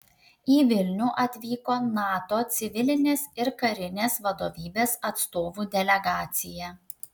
į vilnių atvyko nato civilinės ir karinės vadovybės atstovų delegacija